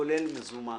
כולל מזומן.